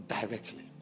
directly